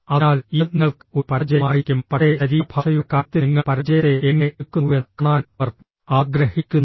അതിനാൽ ഇത് നിങ്ങൾക്ക് ഒരു പരാജയമായിരിക്കും പക്ഷേ ശരീരഭാഷയുടെ കാര്യത്തിൽ നിങ്ങൾ പരാജയത്തെ എങ്ങനെ എടുക്കുന്നുവെന്ന് കാണാനും അവർ ആഗ്രഹിക്കുന്നു